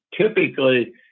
Typically